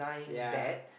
ya